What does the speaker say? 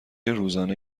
روزانه